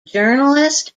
journalist